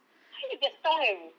where you get time